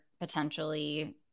potentially